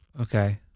okay